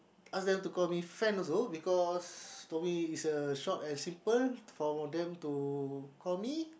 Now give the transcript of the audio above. ask them to call me Fen also because to me it's a short and simple for them to call me